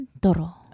Toro